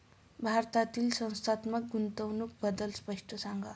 भारतातील संस्थात्मक गुंतवणूक बद्दल स्पष्ट सांगा